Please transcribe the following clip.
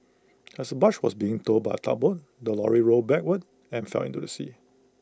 as the barge was being towed by A tugboat the lorry rolled backward and fell into the sea